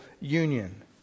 union